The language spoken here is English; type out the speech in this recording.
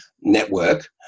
network